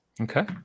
Okay